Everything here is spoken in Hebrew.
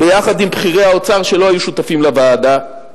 יחד עם בכירי האוצר שלא היו שותפים לוועדה,